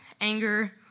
anger